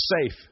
safe